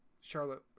charlotte